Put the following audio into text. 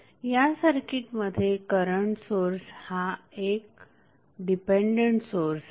या सर्किटमध्ये current source हा एक डिपेंडंट सोर्स आहे